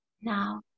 now